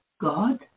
God